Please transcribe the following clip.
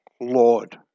Lord